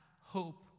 hope